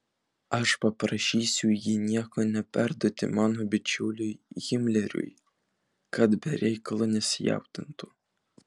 aš paprašysiu jį nieko neperduoti mano bičiuliui himleriui kad be reikalo nesijaudintų